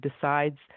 decides